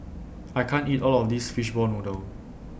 I can't eat All of This Fishball Noodle